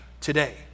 today